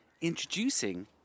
introducing